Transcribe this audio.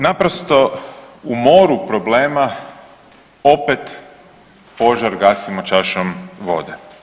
Naprosto u moru problema opet požar gasimo čašom vode.